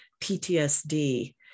PTSD